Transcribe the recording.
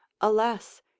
Alas